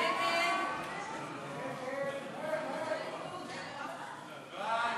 להסיר מסדר-היום את הצעת חוק העמותות (תיקון,